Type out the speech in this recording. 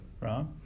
right